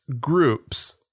groups